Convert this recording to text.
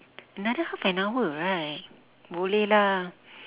another half an hour right boleh lah